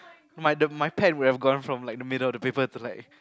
my the my pen would have gone from like the middle of the paper to like